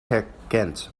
herkent